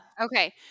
okay